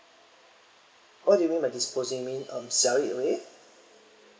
what do you mean by disposing mean um sell it away